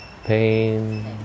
Pain